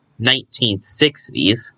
1960s